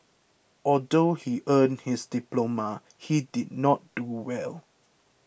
although he earned his diploma he did not do well